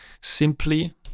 simply